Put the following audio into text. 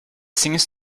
seems